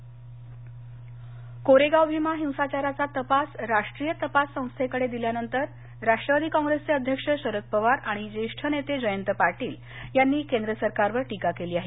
कोरेगाव कोरेगाव भीमा हिंसाचाराचा तपास राष्ट्रीय तपास संस्थेकडे दिल्यानंतर राष्ट्रवादी कॉप्रेसचे अध्यक्ष शरद पवार आणि ज्येष्ठ नेते जयंत पाटील यांनी केंद्र सरकारवर टीका केली आहे